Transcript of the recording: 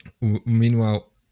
meanwhile